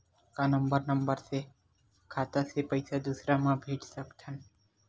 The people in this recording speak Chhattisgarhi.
का मोबाइल नंबर बस से खाता से पईसा दूसरा मा भेज सकथन?